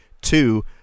Two